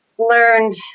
Learned